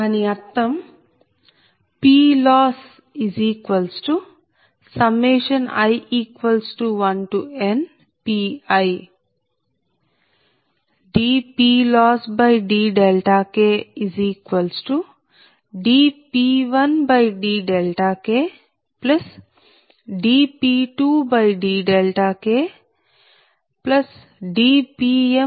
దాని అర్థం PLossi1nPi dPLossdKdP1dKdP2dKdP3dKdPmdKdPm1dKdPndK k 23